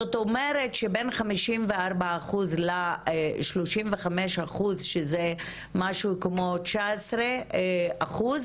זאת אומרת שבין 54 אחוז ל-35 אחוז שזה משהו כמו 19 אחוז